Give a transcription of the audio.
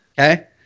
Okay